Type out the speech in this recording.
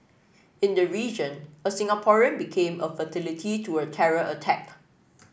in the region a Singaporean became a fatality to a terror attack